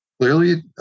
clearly